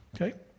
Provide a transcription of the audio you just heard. Okay